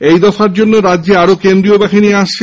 এই দফার জন্য রাজ্যে আরও কেন্দ্রীয় বাহিনী আসছে